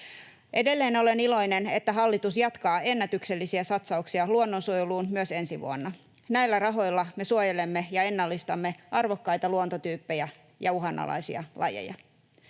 Edelleen olen iloinen, että hallitus jatkaa ennätyksellisiä satsauksia luonnonsuojeluun myös ensi vuonna. Näillä rahoilla me suojelemme ja ennallistamme arvokkaita luontotyyppejä ja uhanalaisia lajeja.